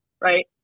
Right